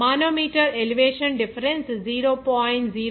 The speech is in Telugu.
manometer elevation difference 0